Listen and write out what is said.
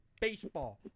Baseball